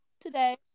today